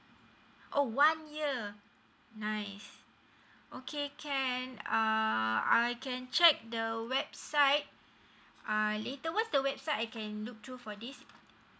oh one year nice okay can uh I can check the website uh later what's the website I can look through for this